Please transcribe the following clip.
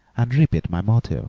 and repeat my motto